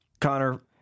Connor